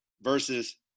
versus